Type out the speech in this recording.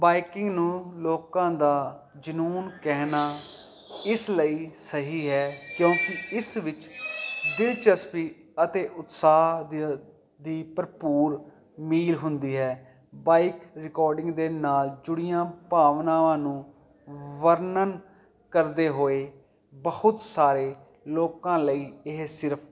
biking ਨੂੰ ਲੋਕਾਂ ਦਾ ਜਨੂਨ ਕਹਿਣਾ ਇਸ ਲਈ ਸਹੀ ਹੈ ਕਿਉਂਕੀ ਇਸ ਵਿੱਚ ਦਿਲਚਸਪੀ ਅਤੇ ਉਤਸਾਹ ਦੀਆਂ ਦੀ ਭਰਪੂਰ ਅਮੀਰ ਹੁੰਦੀ ਹੈ ਬਾਈਕ ਰਿਕਾਰਡਿੰਗ ਦੇ ਨਾਲ ਜੁੜੀਆਂ ਭਾਵਨਾਵਾਂ ਨੂੰ ਵਰਨਨ ਕਰਦੇ ਹੋਏ ਬਹੁਤ ਸਾਰੇ ਲੋਕਾਂ ਲਈ ਇਹ ਸਿਰਫ